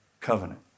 covenant